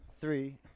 three